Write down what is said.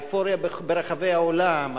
האופוריה ברחבי העולם,